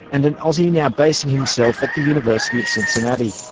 and an aussie now basing himself at the university of cincinnati.